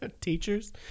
Teachers